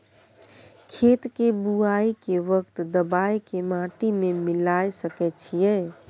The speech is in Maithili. खेत के बुआई के वक्त दबाय के माटी में मिलाय सके छिये?